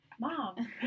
Mom